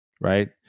Right